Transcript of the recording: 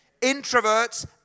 introverts